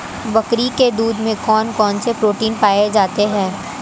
बकरी के दूध में कौन कौनसे प्रोटीन पाए जाते हैं?